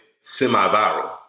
semi-viral